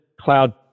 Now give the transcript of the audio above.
cloud